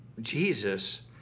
Jesus